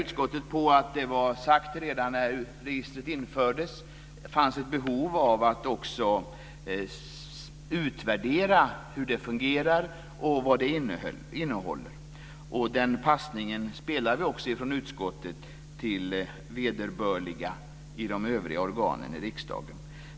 Utskottet pekar på att det var sagt redan när registret infördes att det fanns ett behov av att också utvärdera hur det fungerar och vad det innehåller. Den passningen spelar vi också från utskottet till vederbörliga i de övriga organen i riksdagen.